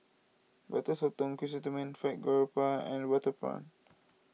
Butter Sotong Chrysanthemum Fried Garoupa and water prawn